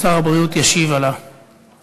שר הבריאות ישיב לדוברים.